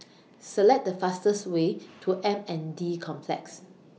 Select The fastest Way to M N D Complex